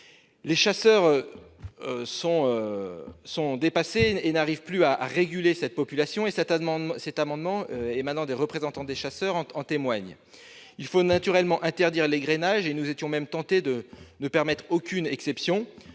Les chasseurs sont dépassés et n'arrivent plus à réguler cette population, comme en témoigne cet amendement, qui émane des représentants des chasseurs. Il faut naturellement interdire l'agrainage. Nous étions même tentés de ne permettre aucune exception.